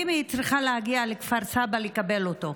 היא צריכה להגיע לכפר סבא לקבל אותו.